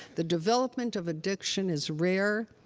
the development of addiction is rare